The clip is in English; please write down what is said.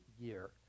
year